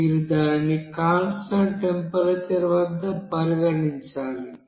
మీరు దానిని constant temperature వద్ద పరిగణించాలి